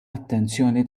attenzjoni